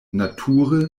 nature